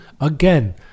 again